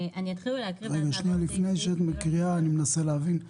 אני מנסה להבין.